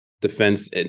defense